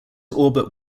orbit